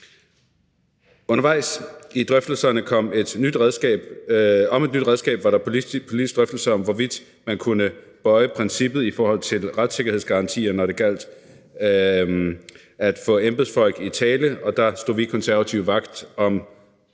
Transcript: Undervejs i drøftelserne om et nyt redskab var der politiske drøftelser om, hvorvidt man kunne bøje principperne i forhold til retssikkerhedsgarantier, når det gjaldt om at få embedsfolk i tale, og der stod vi konservative vagt op